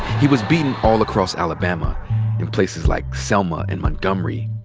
he was beaten all across alabama in places like selma and montgomery.